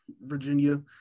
virginia